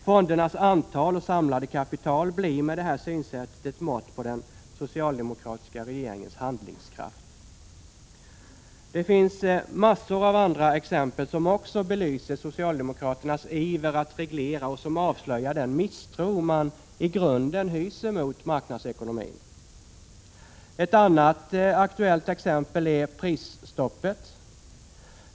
Fondernas antal och samlade kapital blir, med det här synsättet, ett mått på den socialdemokratiska regeringens ”handlingskraft”. Det finns massor av andra exempel som också belyser socialdemokraternas iver att reglera och som avslöjar den misstro man i grunden hyser mot marknadsekonomin. Ett annat aktuellt exempel är prisstoppet.